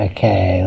Okay